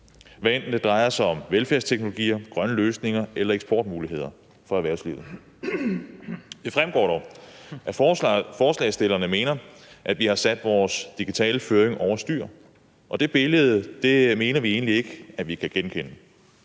hvad enten det drejer sig om velfærdsteknologier, grønne løsninger eller eksportmuligheder for erhvervslivet. Det fremgår dog, at forslagsstillerne mener, at vi har sat vores digitale føring over styr, og det billede mener vi egentlig ikke at vi kan genkende.